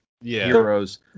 heroes